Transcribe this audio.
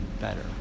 better